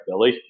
Billy